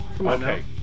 okay